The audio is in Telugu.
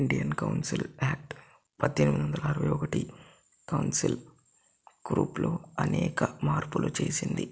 ఇండియన్ కౌన్సిల్ యాక్ట్ పద్దెనిమిది వందల అరవై ఒకటి కౌన్సిల్ గ్రూప్ లో అనేక మార్పులు చేసింది